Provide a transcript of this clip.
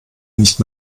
nicht